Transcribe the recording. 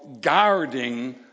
guarding